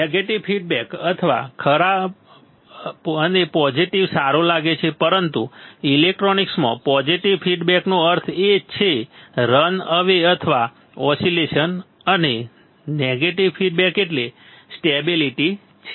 negative feedback ખરાબ અને positive સારો લાગે છે પરંતુ ઇલેક્ટ્રોનિક્સમાં પોઝિટિવ ફીડબેકનો અર્થ છે રન અવે અથવા ઓસિલેશન અને નેગેટિવ ફીડબેક એટલે સ્ટેબિલિટી છે